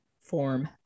form